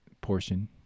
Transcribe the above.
portion